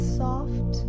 soft